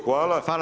Hvala.